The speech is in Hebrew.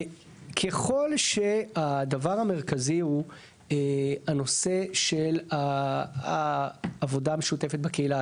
ככל שהדבר המרכזי הוא הנושא של העבודה המשותפת בקהילה,